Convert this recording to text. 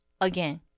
again